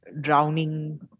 drowning